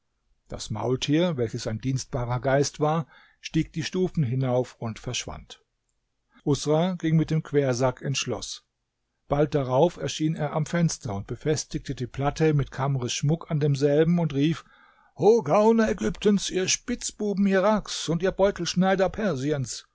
das maultier welches ein dienstbarer geist war stieg die stufen hinauf und verschwand usra ging mit dem quersack ins schloß bald darauf erschien er am fenster und befestigte die platte mit kamrs schmuck an demselben und rief o gauner ägyptens ihr spitzbuben iraks und ihr beutelschneider persiens